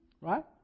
Right